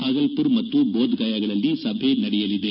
ಭಾಗಲ್ದುರ್ ಮತ್ತು ಬೋಧ್ ಗಯಾಗಳಲ್ಲಿ ಸಭೆ ನಡೆಯಲಿದೆ